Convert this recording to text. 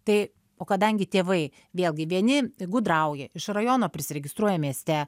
tai o kadangi tėvai vėlgi vieni gudrauja iš rajono prisiregistruoja mieste